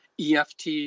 EFT